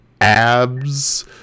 abs